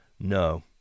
No